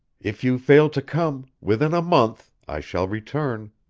if you fail to come within a month i shall return,